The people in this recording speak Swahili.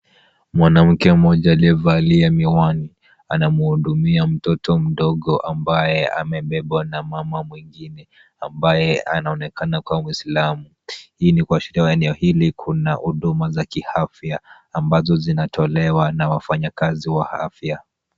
Mwanamke mmoja aliyevalia miwani anamhudumia mtoto mdogo ambaye amebebwa na mama mwingine, ambaye anaonekana kuwa mwislamu. Hii ni kuashiria eneo hili kuna huduma za kiafya, ambazo zinatolewa na wafanyikazi wa afya.